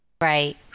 Right